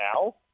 now